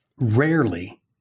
rarely